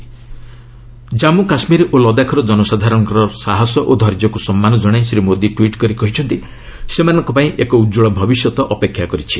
ଜାନ୍ଗୁ କାଶ୍ମୀର ଓ ଲଦାଖର ଜନସାଧାରଣଙ୍କ ସାହସ ଓ ଧୈର୍ଯ୍ୟକୁ ସମ୍ମାନ ଜଣାଇ ଶ୍ରୀ ମୋଦି ଟ୍ୱିଟ୍ କରି କହିଛନ୍ତି ସେମାନଙ୍କ ପାଇଁ ଏକ ଉଜ୍ଜଳ ଭବିଷ୍ୟତ ଅପେକ୍ଷା କରିଛି